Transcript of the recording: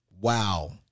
Wow